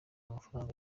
amafaranga